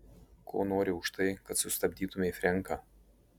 ko nori už tai kad sustabdytumei frenką